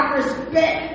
respect